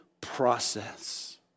process